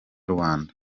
rwanda